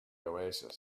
oasis